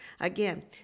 Again